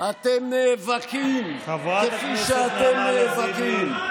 אתם נאבקים כפי שאתם נאבקים.